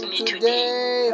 today